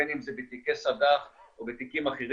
בין אם זה בתיקי סד"ח או בתיקים אחרים.